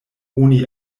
oni